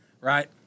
right